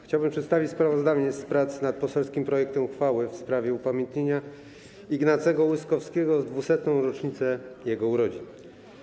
Chciałbym przedstawić sprawozdanie z prac nad poselskim projektem uchwały w sprawie upamiętnienia Ignacego Łyskowskiego w 200. rocznicę jego urodzin.